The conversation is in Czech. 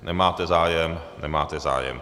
Nemáte zájem, nemáte zájem.